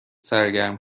سرگرم